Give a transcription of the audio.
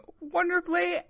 wonderfully